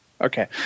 Okay